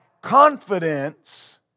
confidence